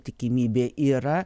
tikimybė yra